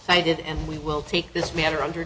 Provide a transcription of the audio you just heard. ted and we will take this matter under